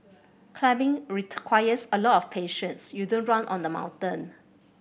climbing requires a lot of patience you don't run on the mountain